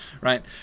right